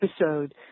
episode